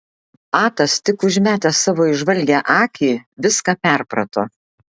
atas tik užmetęs savo įžvalgią akį viską perprato